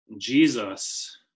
Jesus